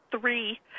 three